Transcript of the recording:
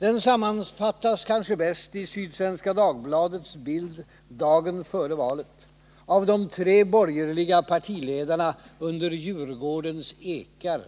Den sammanfattas kanske bäst i Sydsvenska Dagbladets bild, dagen före valet, av de tre borgerliga partiledarna under Djurgårdens ekar